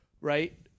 right